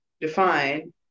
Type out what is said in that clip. Define